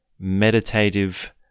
Meditative